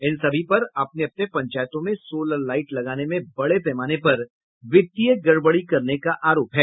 इन सभी पर अपने अपने पंचायतों में सोलर लाईट लगाने में बड़े पैमाने पर वित्तीय गड़बड़ी करने का आरोप है